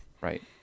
right